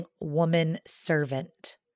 woman-servant